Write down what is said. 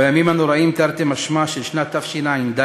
וחצי, בימים הנוראים, תרתי משמע, של שנת תשע"ד,